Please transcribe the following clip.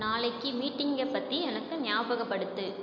நாளைக்கு மீட்டிங்கை பற்றி எனக்கு ஞாபகப்படுத்து